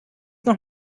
noch